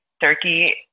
Turkey